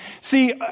See